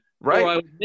right